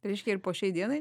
reiškia ir po šiai dienai